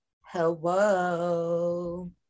Hello